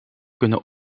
kunnen